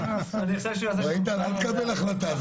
איתן, אל תקבל החלטה.